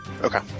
okay